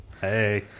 Hey